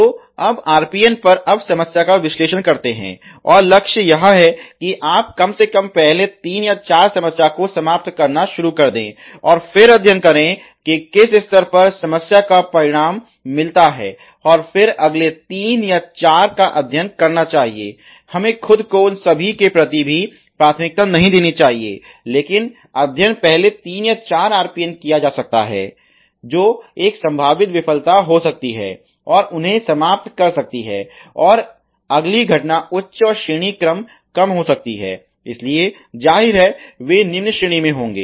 तो अब RPN पर अब समस्या का विश्लेषण करते हैं और लक्ष्य यह है कि आप कम से कम पहले तीन या चार समस्या को समाप्त करना शुरू कर दें और फिर अध्ययन करें कि किस स्तर पर समस्या का परिणाम मिलता है और फिर अगले तीन या अगले चार का अध्ययन करना चाहिए हमें खुद को उन सभी के प्रति भी प्राथमिकता नहीं देनी चाहिए लेकिन अध्ययन पहले 3 या 4 RPN का किया जा सकता है जो एक संभावित विफलता हो सकती है और उन्हें समाप्त कर सकती है और अगली घटना उच्च और श्रेणी क्रम कम हो सकती है इसलिए जाहिर है वे निम्न श्रेणी में होंगे